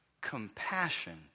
compassion